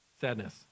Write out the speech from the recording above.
sadness